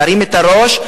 תרים את הראש,